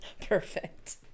Perfect